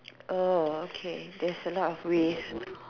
oh okay there's a lot of ways